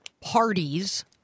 parties